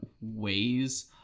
ways